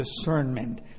discernment